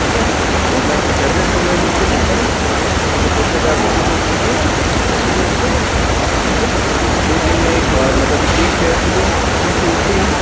ठीक है और मैं आप को टेबलेट्स वग़ैरह लिख के देता हूँ वो टेबलेट आप रेग्युलर कीजिए कंटिन्यू उसको ठीक है दो दिन में एक मतलब एक है सुबह नींद से उठते ही है